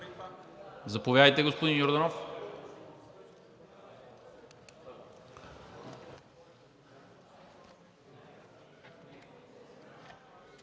Заповядайте, господин Йорданов.